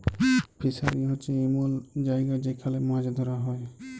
fishery হছে এমল জায়গা যেখালে মাছ ধ্যরা হ্যয়